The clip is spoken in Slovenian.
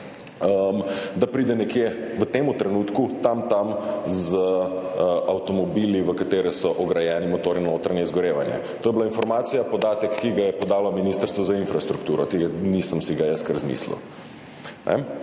da pride v tem trenutku približno enako kot avtomobili, v katere so vgrajeni motorji na notranje izgorevanje. To je bila informacija, podatek, ki ga je podalo Ministrstvo za infrastrukturo, tega si nisem jaz kar izmislil.